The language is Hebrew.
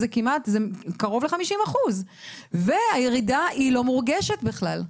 זה קרוב ל-50% - והירידה לא מורגשת בכלל?